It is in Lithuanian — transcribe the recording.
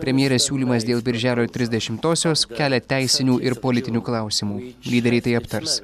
premjerės siūlymas dėl birželio trisdešimtosios kelia teisinių ir politinių klausimų lyderiai tai aptars